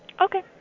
Okay